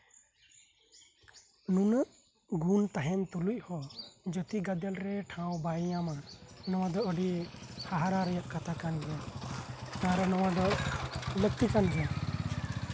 ᱱᱩᱱᱟᱹᱜ ᱜᱩᱱ ᱛᱟᱦᱮᱱ ᱛᱩᱞᱩᱡ ᱦᱚᱸ ᱡᱟᱛᱤ ᱜᱟᱫᱮᱞ ᱨᱮ ᱴᱷᱟᱶ ᱵᱟᱭ ᱧᱟᱢᱟ ᱱᱚᱶᱟ ᱫᱚ ᱟᱹᱰᱤ ᱦᱟᱦᱟᱲᱟ ᱨᱮᱭᱟᱜ ᱠᱟᱛᱷᱟ ᱠᱟᱱ ᱜᱮᱭᱟ ᱟᱨ ᱱᱚᱶᱟ ᱫᱚ ᱞᱟᱠᱛᱤ ᱠᱟᱱ ᱜᱮᱭᱟ